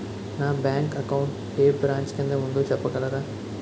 నా bank account ఏ branch కిందా ఉందో చెప్పగలరా?